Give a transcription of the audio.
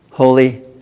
holy